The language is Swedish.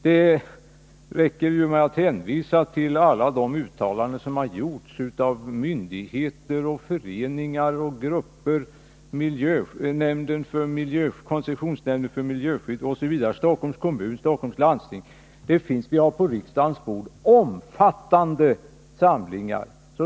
Det räcker med att hänvisa till alla de uttalanden som har gjorts av myndigheter, föreningar, grupper, koncessionsnämnden för miljöskydd, Stockholms kommun och landsting. Det finns på riksdagens bord omfattande samlingar med sådana uttalanden.